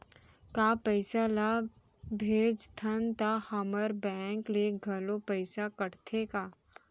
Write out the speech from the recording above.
का पइसा ला भेजथन त हमर बैंक ले घलो पइसा कटथे का?